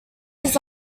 his